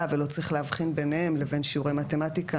ולא צריך להבחין ביניהם לבין שיעורי מתמטיקה,